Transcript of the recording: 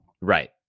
Right